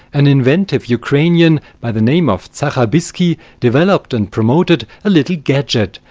an inventive ukranian by the name of zachar bissky developed and promoted a little gadget,